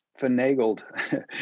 finagled